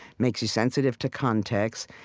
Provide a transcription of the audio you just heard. makes you sensitive to context.